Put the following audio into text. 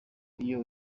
iyo